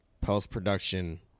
Post-production